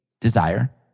desire